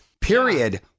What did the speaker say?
period